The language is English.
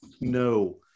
No